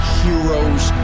heroes